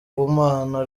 ihumana